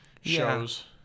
shows